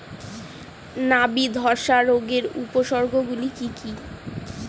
নাবি ধসা রোগের উপসর্গগুলি কি কি?